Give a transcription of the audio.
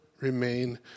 remain